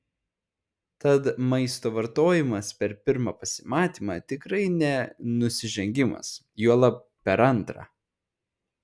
tad maisto vartojimas per pirmą pasimatymą tikrai ne nusižengimas juolab per antrą